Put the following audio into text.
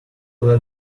let